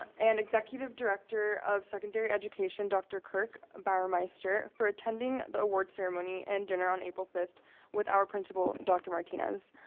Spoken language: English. and executive director of secondary education, dr. kirk bauermeister, for attending the award ceremony and dinner on april fifth with our principal, dr. martinez.